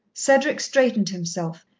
cedric straightened himself,